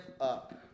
up